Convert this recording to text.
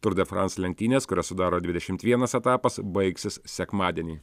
tour de france lenktynes kurias sudaro dvidešim vienas etapas baigsis sekmadienį